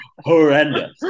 horrendous